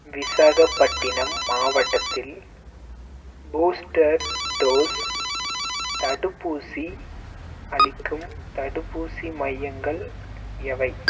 விசாகப்பட்டினம் மாவட்டத்தில் booster dose தடுப்பூசி அளிக்கும் தடுப்பூசி மையங்கள் எவை